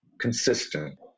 consistent